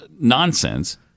nonsense